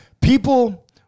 People